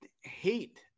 hate